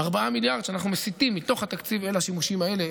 4 מיליארד שקלים שאנחנו מסיטים מתוך התקציב אל השימושים האלה,